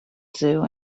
zoo